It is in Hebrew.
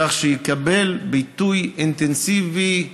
כך שיקבל ביטוי אינטנסיבי,